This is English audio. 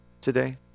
today